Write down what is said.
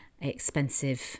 expensive